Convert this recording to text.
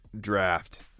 draft